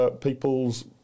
people's